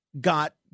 got